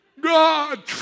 God